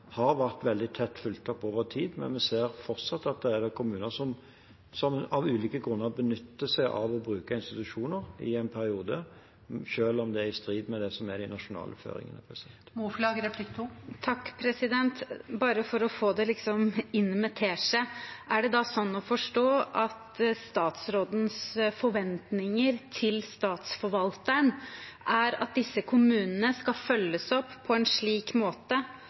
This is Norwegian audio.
har vært veldig tett fulgt opp over tid, men vi ser fortsatt at det er kommuner som av ulike grunner benytter seg av institusjoner i en periode, selv om det er i strid med det som er de nasjonale føringene. Bare for å få det inn med teskje: Er det da slik å forstå at statsrådens forventning til statsforvalterne er at disse kommunene skal følges opp på en slik måte